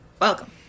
welcome